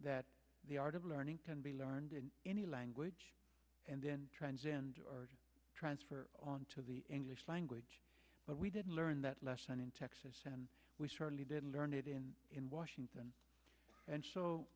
that the art of learning can be learned in any language and then trends in transfer on to the english language but we didn't learn that lesson in texas and we certainly didn't learn in washington and so